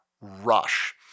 rush